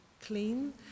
clean